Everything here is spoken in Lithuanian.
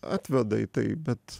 atveda į tai bet